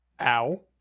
Ow